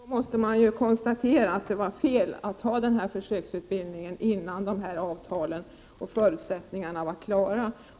Herr talman! Jag kan bara konstatera att det var fel att införa försöksutbildningen innan avtal och förutsättningar var klara.